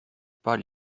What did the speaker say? pas